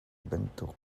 bantuk